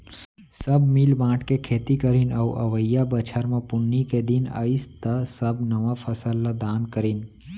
सब मिल बांट के खेती करीन अउ अवइया बछर म पुन्नी के दिन अइस त सब नवा फसल ल दान करिन